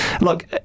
Look